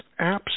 apps